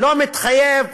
לא מתחייב